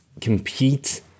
compete